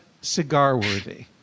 cigar-worthy